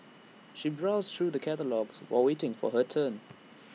she browsed through the catalogues while waiting for her turn